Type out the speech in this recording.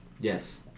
Yes